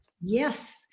Yes